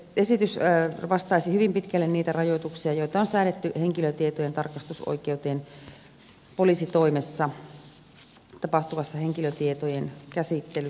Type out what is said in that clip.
esitys vastaisi hyvin pitkälle niitä rajoituksia joita on säädetty henkilötietojen tarkastusoikeuteen poliisitoimessa tapahtuvassa henkilötietojen käsittelyssä